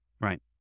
Right